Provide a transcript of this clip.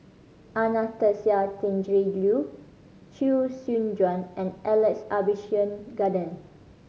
Anastasia Tjendri Liew Chee Soon Juan and Alex Abisheganaden